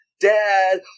Dad